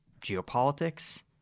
geopolitics